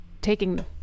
taking